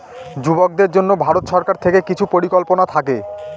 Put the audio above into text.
যুবকদের জন্য ভারত সরকার থেকে কিছু পরিকল্পনা থাকে